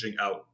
out